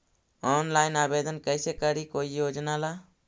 Online आवेदन कैसे करी कोई योजना ला?